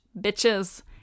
bitches